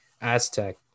Aztec